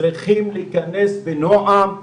צריכים להיכנס בנועם,